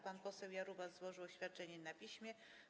Pan poseł Jarubas złożył oświadczenie na piśmie.